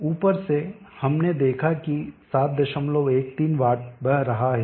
ऊपर से हमने देखा कि 713 वाट बह रहा है